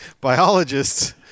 Biologists